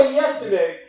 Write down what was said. yesterday